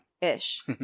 Ish